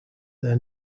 their